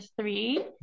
three